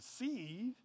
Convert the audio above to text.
receive